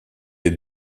les